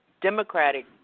democratic –